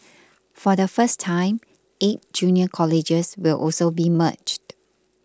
for the first time eight junior colleges will also be merged